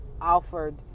offered